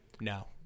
No